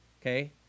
okay